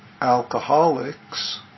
alcoholics